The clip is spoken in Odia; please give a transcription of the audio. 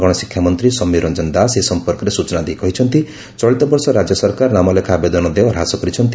ଗଣଶିକ୍ଷା ମନ୍ତୀ ସମୀର ରଞ୍ଞନ ଦାସ ଏ ସମ୍ମର୍କରେ ସ୍ୟଚନା ଦେଇ କହିଛନ୍ତି ଚଳିତ ବର୍ଷ ରାଜ୍ୟ ସରକାର ନାମ ଲେଖା ଆବେଦନ ଦେୟ ହ୍ରାସ କରିଛନ୍ତି